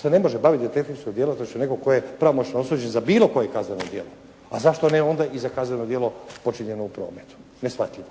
se ne može baviti detektivskom djelatnošću netko tko je pravomoćno osuđen za bilo koje kazneno djelo, a zašto ne onda i za kazneno djelo počinjeno u prometu. Neshvatljivo.